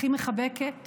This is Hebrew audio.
הכי מחבקת